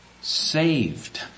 saved